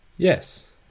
Yes